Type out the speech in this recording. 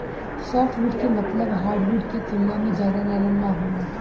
softwood के मतलब hardwood के तुलना में ज्यादा नरम ना होला